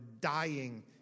dying